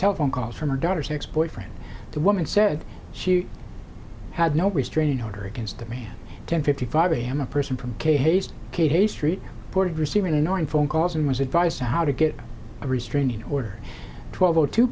telephone calls from her daughter's ex boyfriend the woman said she had no restraining order against the man ten fifty five a m a person from k haste k street boarded receiving annoying phone calls and was advised how to get a restraining order twelve o two